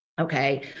Okay